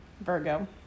Virgo